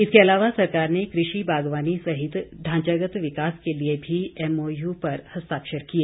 इसके अलावा सरकार ने कृषि बागवानी सहित ढांचागत विकास के लिए भी एमओयू पर हस्ताक्षर किए